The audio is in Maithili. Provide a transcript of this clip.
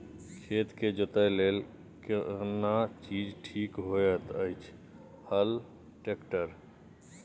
खेत के जोतय लेल केना चीज ठीक होयत अछि, हल, ट्रैक्टर?